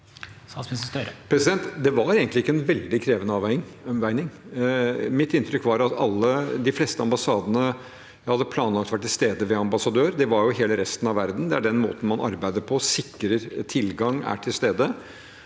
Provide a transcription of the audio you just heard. Det var egentlig ikke en veldig krevende avveining. Mitt inntrykk var at de fleste ambassadene hadde planlagt å være til stede ved ambassadør. Det var jo hele resten av verden. Det er den måten man arbeider på, sikrer tilgang, er til stede.